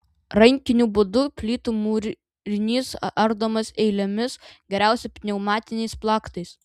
rankiniu būdu plytų mūrinys ardomas eilėmis geriausia pneumatiniais plaktais